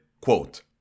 quote